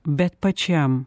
bet pačiam